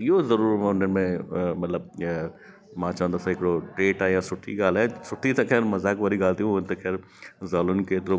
इहो ज़रूर हुनमें अ मतिलबु जीअं मां चवंदुसि हिकिड़ो ठेठ आहे या सुठी ॻाल्हि आहे सुठी त खैर मज़ाक वारी ॻाल्हि थी उहो त खैर ज़ालयुनि खे एतिरो